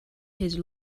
his